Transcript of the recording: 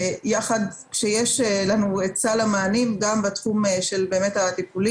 כשיש לנו היצע למענים גם בתחום הטיפולי,